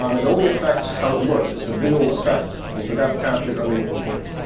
um it only affects how it looks. it's a visual effect. and so that's captured underneath paint.